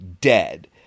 dead